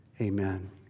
Amen